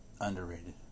Underrated